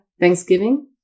thanksgiving